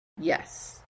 Yes